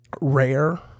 rare